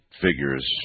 figures